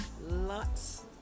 lots